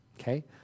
okay